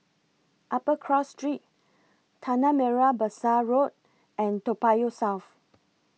Upper Cross Street Tanah Merah Besar Road and Toa Payoh South